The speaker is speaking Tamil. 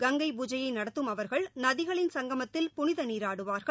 கங்கை பூஜையை நடத்தும் அவர்கள் நதிகளின் சங்கமத்தில் புனித நீராடுவார்கள்